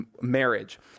marriage